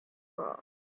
bra